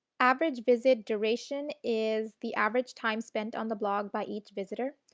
average visit duration is the average time spent on the blog by each visitor.